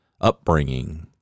upbringing